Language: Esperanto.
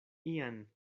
ian